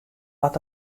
wat